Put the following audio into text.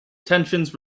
tensions